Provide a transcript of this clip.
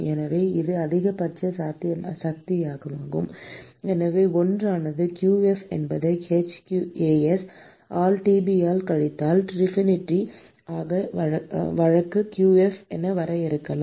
எனவே இது அதிகபட்ச சாத்தியமாகும் எனவே 1 ஆனது qf என்பதை hAs ஆல் Tb கழித்தல் Tinfinity ஆக வகுக்க qf என வரையறுக்கலாம்